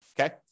Okay